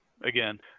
again